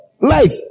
life